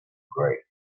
grade